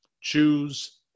Choose